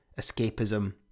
escapism